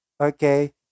okay